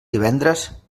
divendres